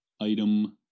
item